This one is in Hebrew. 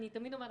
אני תמיד אומרת,